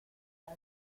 has